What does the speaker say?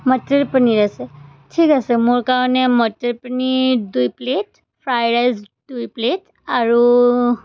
motor paneer আছে ঠিক আছে মোৰ কাৰণে মটৰ পনীৰ দুই প্লেট ফ্ৰাই ৰাইচ দুই প্লেট আৰু